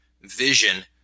vision